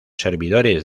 servidores